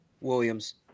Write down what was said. Williams